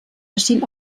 erschien